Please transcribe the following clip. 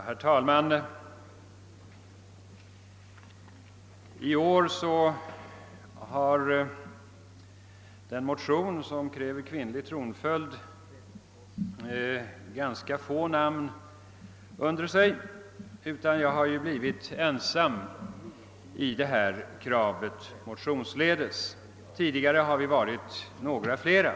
Herr talman! I år har den motion som kräver kvinnlig tronföljd bara en undertecknare. Jag har faktiskt blivit ensam att motionsvägen framlägga detta krav, men tidigare har vi varit några flera.